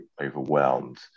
overwhelmed